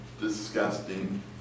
disgusting